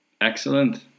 Excellent